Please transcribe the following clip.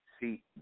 See